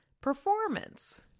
performance